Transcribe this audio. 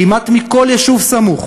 כמעט מכל יישוב סמוך